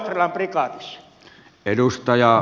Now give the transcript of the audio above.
arvoisa puhemies